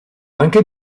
anche